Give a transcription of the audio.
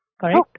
Correct